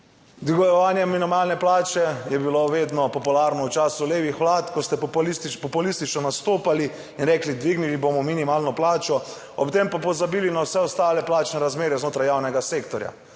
Dvigovanje minimalne plače je bilo vedno popularno v času levih vlad, ko ste populistično nastopali in rekli, dvignili bomo minimalno plačo, ob tem pa pozabili na vse ostale plačne razmere znotraj javnega sektorja.